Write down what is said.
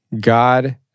God